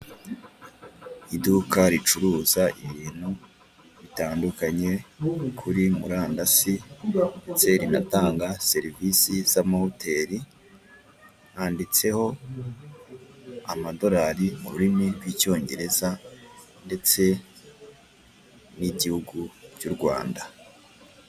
Iduka ricuruza ibintu bitandukanye kuri murandasi ndetse rinatanga serivise z'amahoteri, handitseho amadorari mu rurimi rw'icyongereza ndetse n'igihugu cy'u Rwanda.